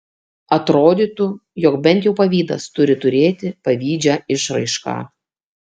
atrodytų jog bent jau pavydas turi turėti pavydžią išraišką